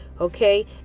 okay